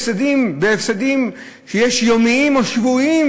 הפסדים יומיים או שבועיים,